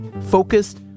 focused